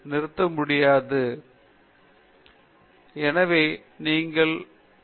நீங்கள் எந்தவொரு வேலை செய்தாலும்இப்போது CSIR ஆய்வகங்களிலும் கூட நீங்கள் மாணவர்கள் வழிகாட்ட வேண்டும்